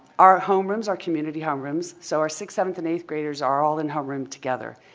our homerooms are community homerooms so our sixth, seventh and eighth graders are all in homeroom together.